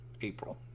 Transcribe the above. April